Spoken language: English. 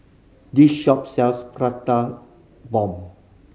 this shop sells Prata Bomb